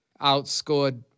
Outscored